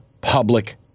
public